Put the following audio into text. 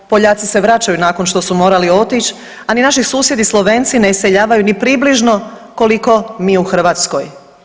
Poljaci se vraćaju nakon što su morali otići, a ni naši susjedi Slovenci ne iseljavaju ni približno koliko mi u Hrvatskoj.